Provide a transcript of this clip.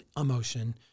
emotion